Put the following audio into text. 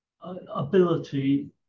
ability